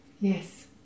Yes